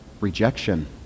rejection